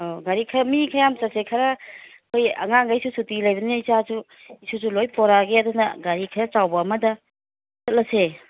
ꯑꯣ ꯒꯥꯔꯤ ꯈꯔ ꯃꯤ ꯈꯔ ꯌꯥꯝ ꯆꯠꯁꯦ ꯈꯔ ꯑꯩꯈꯣꯏ ꯑꯉꯥꯡꯒꯩꯁꯨ ꯁꯨꯇꯤ ꯂꯩꯕꯅꯤꯅ ꯏꯆꯥꯁꯨ ꯏꯁꯨꯁꯨ ꯂꯣꯏ ꯄꯨꯔꯛꯑꯒꯦ ꯑꯗꯨꯅ ꯒꯥꯔꯤ ꯈꯔ ꯆꯥꯎꯕ ꯑꯃꯗ ꯆꯠꯂꯁꯦ